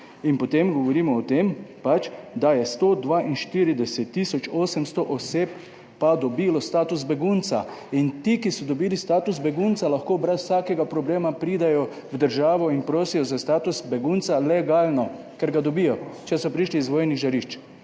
in potem govorimo o tem pač, da je 142 tisoč 800 oseb pa dobilo status begunca in ti, ki so dobili status begunca lahko brez vsakega problema pridejo v državo in prosijo za status begunca legalno, ker ga dobijo, če so prišli iz vojnih žarišč.